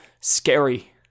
scary